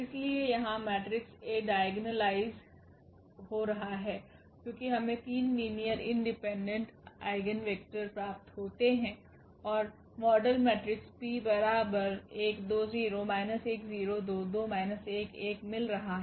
इसलिए यहां matrix A diagonalise है क्योंकि हमें 3 लीनियर इंडिपेंडेंट आइगेन वेक्टर प्राप्त होते है और मॉडल मेट्रिक्स मिल रहा हैं